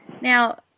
Now